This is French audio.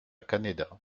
canéda